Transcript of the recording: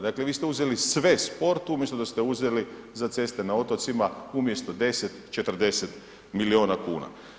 Dakle, vi ste uzeli sve sport umjesto da ste uzeli za ceste na otocima umjesto 10, 40 miliona kuna.